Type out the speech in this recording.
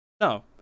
no